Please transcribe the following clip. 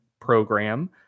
program